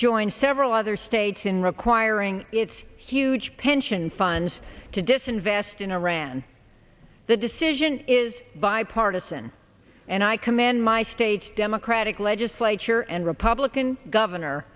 join several other states in requiring its huge pension funds to disinvest in iran the decision is bipartisan and i commend my state democratic legislature and republican gov